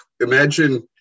imagine